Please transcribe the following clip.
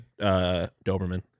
Doberman